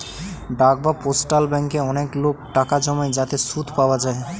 ডাক বা পোস্টাল ব্যাঙ্কে অনেক লোক টাকা জমায় যাতে সুদ পাওয়া যায়